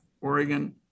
Oregon